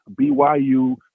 BYU